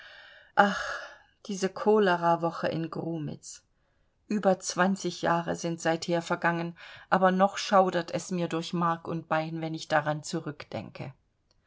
ach diese cholerawoche in grumitz über zwanzig jahre sind seither vergangen aber noch schaudert es mir durch mark und bein wenn ich daran zurückdenke